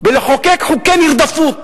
בלחוקק חוקי נרדפות.